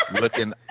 looking